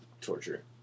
torture